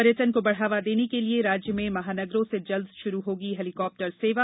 पर्यटन को बढ़ावा देने के लिए राज्य में महानगरों से जल्द शुरू होगी हेलीकॉप्टर सेवा